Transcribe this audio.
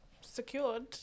secured